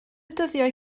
dyddiau